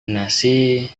nasi